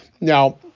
Now